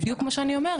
זה בדיוק מה שאני אומרת.